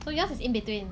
so yours is in between